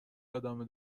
ادامه